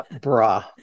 Bra